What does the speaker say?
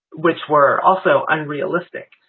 which were also unrealistic.